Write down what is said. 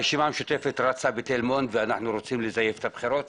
הרשימה המשותפת רצה בתל מונד ואנחנו רוצים לזייף את הבחירות.